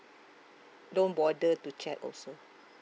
don't bother to check also